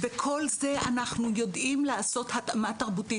בכל זה אנחנו יודעים לעשות התאמה תרבותית,